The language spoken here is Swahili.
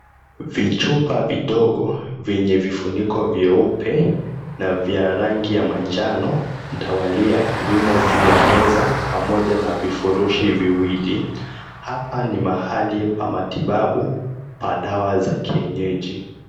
Vichupa vidogo vyenye vifuniko vyeupe na vya rangi ya manjano mtawalia, vimo juu ya meza pamoja na vifurushi viwili. Hapa ni mahali pa matibabu pa dawa za kienyeji.